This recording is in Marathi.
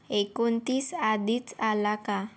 एकोणतीस आधीच आला का